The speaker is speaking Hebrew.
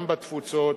גם בתפוצות.